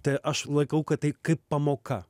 tai aš laikau kad tai kaip pamoka